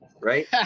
Right